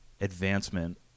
advancement